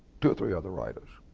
two or three other writers.